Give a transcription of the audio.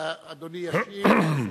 אדוני ישיב,